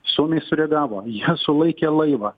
suomiai sureagavo jie sulaikė laivą